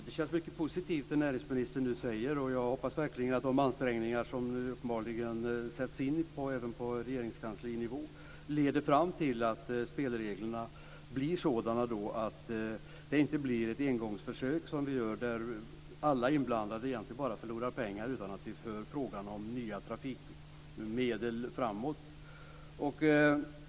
Fru talman! Det som näringsministern nu säger känns mycket positivt. Jag hoppas verkligen att de ansträngningar som uppenbarligen sätts in även på Regeringskanslinivå leder fram till bra spelregler, så att det inte blir ett engångsförsök där alla inblandade egentligen bara förlorar pengar utan att vi för frågan om nya trafikmedel framåt.